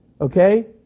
Okay